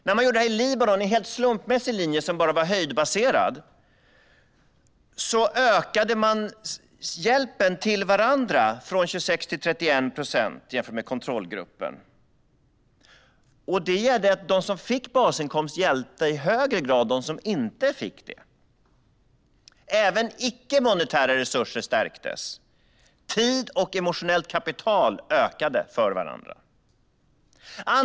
När man gjorde en helt slumpmässig linje i Libanon som bara var höjdbaserad ökade man hjälpen till varandra från 26 till 31 procent jämfört med kontrollgruppen. De som fick basinkomst hjälpte i högre grad dem som inte fick det. Även icke-monetära resurser stärktes. Tiden och det emotionella kapitalet för varandra ökade.